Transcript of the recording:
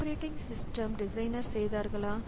operating system designer செய்தார்களா